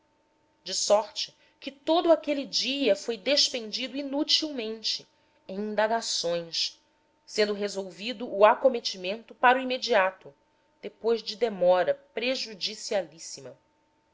de sorte que todo aquele dia foi despendido inutilmente em indagações sendo resolvido o acontecimento para o imediato depois de demora prejudicialíssima e ao